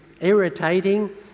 irritating